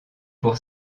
pour